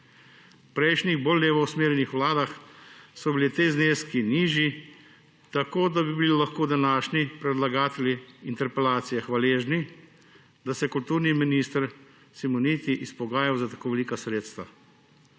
V prejšnjih, bolj levo usmerjenih vladah so bili ti zneski nižji, tako da bi lahko bili današnji predlagatelji interpelacije hvaležni, da se je kulturni minister Simoniti izpogajal za tako velika sredstva.